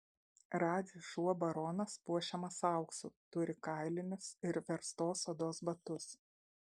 radži šuo baronas puošiamas auksu turi kailinius ir verstos odos batus